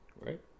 right